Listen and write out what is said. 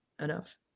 enough